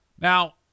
Now